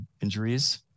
injuries